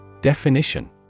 Definition